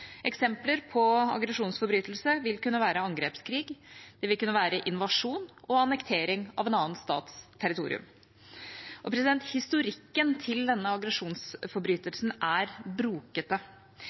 Eksempler på aggresjonsforbrytelse vil kunne være angrepskrig, det vil kunne være invasjon og annektering av en annen stats territorium. Historikken til denne